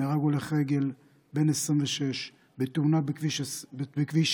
נהרג הולך רגל בן 26 בתאונה בכביש 6,